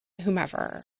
whomever